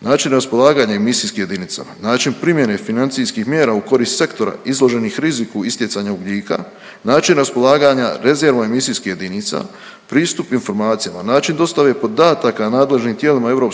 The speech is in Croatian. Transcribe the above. način raspolaganja emisijskim jedinicama, način primjene financijskih mjera u korist sektora izloženih riziku istjecanju ugljika, način raspolaganja rezervom emisijskim jedinica, pristup informacijama, način dostave podataka nadležnim tijelima EU